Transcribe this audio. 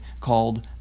called